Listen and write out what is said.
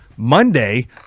Monday